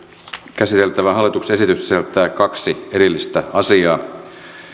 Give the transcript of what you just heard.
käsiteltävä hallituksen esitys sisältää kaksi erillistä asiaa